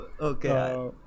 Okay